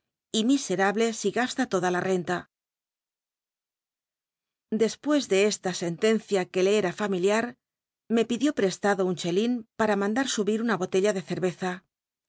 y miserable si asta toda la renta despucs de esta sentencia uc le era familiar me pidió prestado un r helin para mandar subir una botella do ccr'cza